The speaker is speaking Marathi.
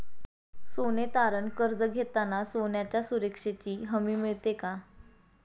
सोने तारण कर्ज घेताना सोन्याच्या सुरक्षेची हमी मिळते का?